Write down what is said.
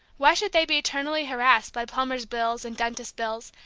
why should they be eternally harassed by plumbers' bills, and dentists' bills,